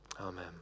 amen